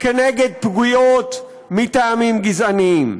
כנגד פגיעות מטעמים גזעניים.